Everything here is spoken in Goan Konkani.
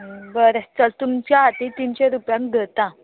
बरें चल तुमच्या खातीर तिनशे रुपयान धरता